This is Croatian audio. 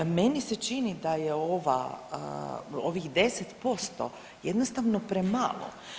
Meni se čini da je ova ovih 10% jednostavno premalo.